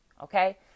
okay